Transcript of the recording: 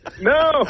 No